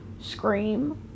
scream